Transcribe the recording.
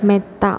മെത്ത